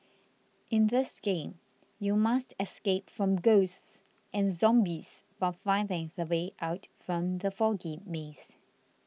in this game you must escape from ghosts and zombies while finding the way out from the foggy maze